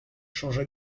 changea